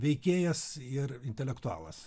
veikėjas ir intelektualas